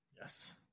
Yes